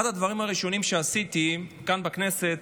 אחד הדברים הראשונים שעשיתי כאן בכנסת,